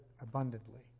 abundantly